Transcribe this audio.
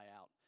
out